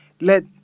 let